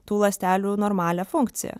tų ląstelių normalią funkciją